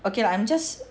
okay lah I'm just